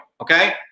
okay